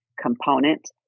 component